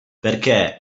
perché